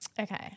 Okay